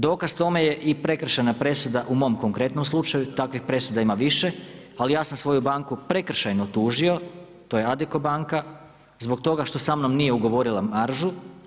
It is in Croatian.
Dokaz tome je i prekršajna presuda u mom konkretnom slučaju, takvih presuda ima više, ali ja sam svoju banku prekršajno tužio to je Adico banka, zbog toga što sa mnom nije ugovorila maržu.